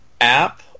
app